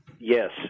Yes